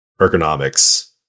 ergonomics